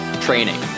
Training